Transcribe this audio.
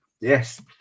Yes